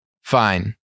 fine